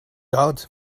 out